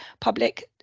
public